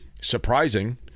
surprising